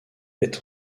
est